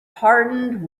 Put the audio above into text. hardened